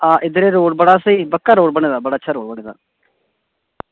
आं इद्धर दा रोड़ स्हेई पक्का ते बड़ा अच्छा रोड़ बने दा